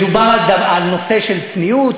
מדובר על נושא של צניעות.